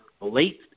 late